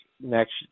next